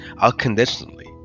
unconditionally